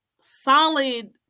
solid